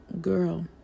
girl